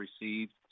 received